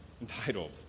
entitled